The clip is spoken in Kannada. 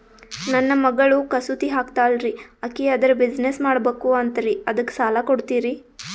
ನನ್ನ ಮಗಳು ಕಸೂತಿ ಹಾಕ್ತಾಲ್ರಿ, ಅಕಿ ಅದರ ಬಿಸಿನೆಸ್ ಮಾಡಬಕು ಅಂತರಿ ಅದಕ್ಕ ಸಾಲ ಕೊಡ್ತೀರ್ರಿ?